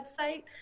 website